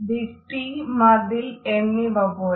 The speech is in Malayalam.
ഭിത്തി മതിൽ എന്നിവ പോലെ